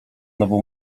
nową